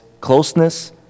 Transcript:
closeness